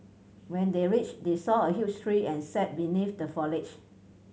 when they reached they saw a huge tree and sat beneath the foliage